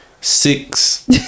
six